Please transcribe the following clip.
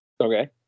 Okay